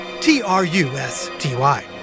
T-R-U-S-T-Y